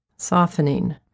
Softening